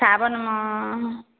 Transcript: साओनमे